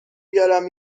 بیارم